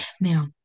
Now